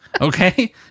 Okay